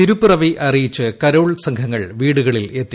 തിരുപ്പിറവി അറിയിച്ച് കരോൾ സംഘങ്ങൾ വീടുകളിലെത്തി